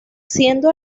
siendo